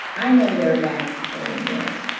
i know there are bad people in the world,